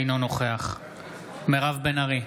אינו נוכח מירב בן ארי,